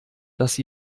dass